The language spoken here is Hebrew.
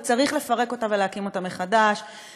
וצריך לפרק אותה ולהקים אותה מחדש,